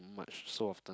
much so often